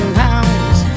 pounds